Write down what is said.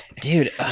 Dude